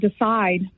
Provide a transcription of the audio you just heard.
decide